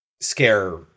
scare